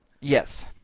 Yes